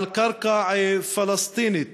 על קרקע פלסטינית,